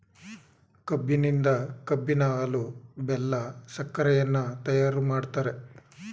ಕಬ್ಬಿನಿಂದ ಕಬ್ಬಿನ ಹಾಲು, ಬೆಲ್ಲ, ಸಕ್ಕರೆಯನ್ನ ತಯಾರು ಮಾಡ್ತರೆ